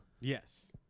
Yes